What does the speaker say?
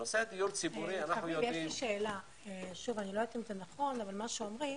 איני יודעת אם זה נכון, אבל אומרים